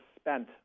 spent